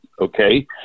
okay